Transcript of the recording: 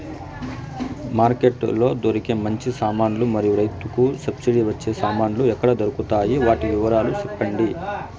Market లో దొరికే మంచి సామాన్లు మరియు రైతుకు సబ్సిడి వచ్చే సామాన్లు ఎక్కడ దొరుకుతాయి? వాటి వివరాలు సెప్పండి?